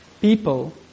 people